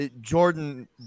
Jordan